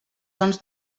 sons